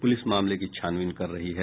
police मामले की छानबीन कर रही है